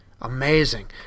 Amazing